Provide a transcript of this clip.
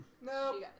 No